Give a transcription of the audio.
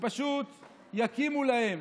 ופשוט יקימו להם